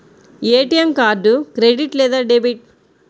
ATM card credit లేదా debit?